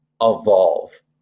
evolve